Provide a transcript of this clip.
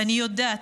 ואני יודעת,